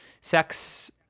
sex